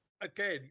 again